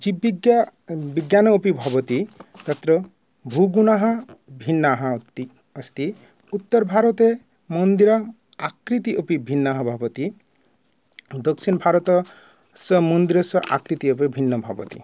विज्ञानं विज्ञानम् अपि भवति तत्र भूगुणाः भिन्नाः अस्ति अस्ति उत्तरभारते मन्दिराकृतिः अपि भिन्नाः भवति दक्षिणभारते समुद्रस्य आकृतिः अपि भिन्नं भवति